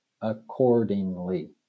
accordingly